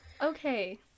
Okay